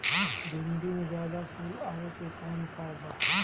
भिन्डी में ज्यादा फुल आवे के कौन उपाय बा?